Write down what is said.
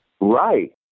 Right